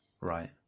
Right